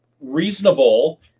reasonable